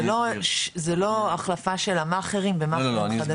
זה לא החלפה של המאכערים במאכערים חדשים?